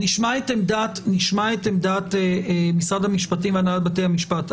נשמע את עמדת משרד המשפטים והנהלת בתי המשפט,